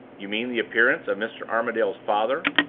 you mean the appearance of mr. armadale's father?